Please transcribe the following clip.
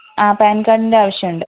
പാൻകാർഡിന്റെ ആവശ്യമുണ്ട്